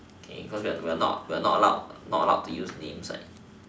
okay because we're not we're not allowed not allowed to use names right